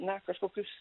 na kažkokius